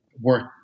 work